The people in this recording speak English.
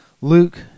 Luke